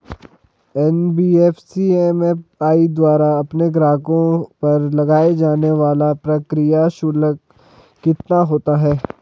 NBFC MFI द्वारा अपने ग्राहकों पर लगाए जाने वाला प्रक्रिया शुल्क कितना होता है?